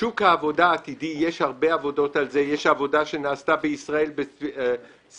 בשוק העבודה העתידי ויש הרבה עבודות שנעשו על זה יש